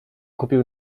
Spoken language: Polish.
kupił